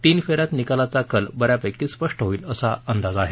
तीन फेऱ्यात निकालाचा कल बऱ्यापैकी स्पष्ट होईल असा अंदाज आहे